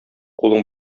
кулың